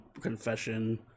confession